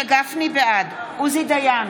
בעד עוזי דיין,